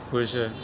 ਖੁਸ਼